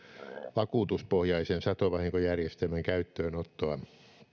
vakuutuspohjaisen satovahinkojärjestelmän käyttöönottoa